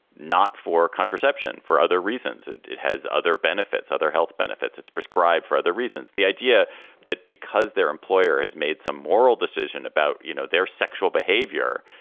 not for contraception, for other reasons. it it has other benefits, other health benefits. it's prescribed for other reasons. the idea that because their employer has made some moral decision about, you know, their sexual behavior,